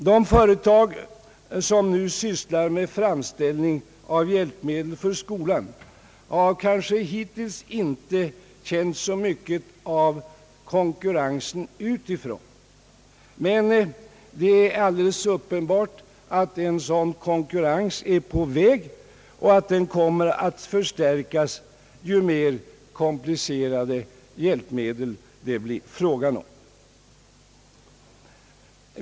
De företag som nu sysslar med framställning av hjälpmedel för skolan har kanske hittills inte känt så mycket av konkurrensen utifrån, men det är alldeles uppenbart att en sådan konkurrens är på väg och att den kommer att intensifieras ju mer komplicerade hjälpmedel det blir fråga om.